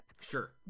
Sure